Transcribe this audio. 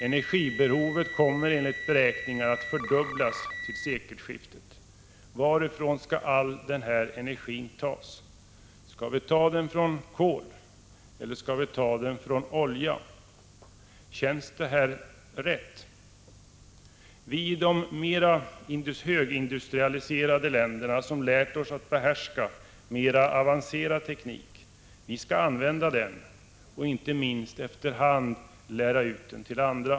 Energibehovet kommer enligt beräkningar att fördubblas till sekelskiftet. Varifrån skall all denna energi tas? Skall vi ta den från kol eller från olja? Känns det här rätt? Vi i de mer högindustrialiserade länderna, som lärt oss att behärska mer avancerad teknik, skall använda den och inte minst efter hand lära ut den till andra.